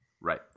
Right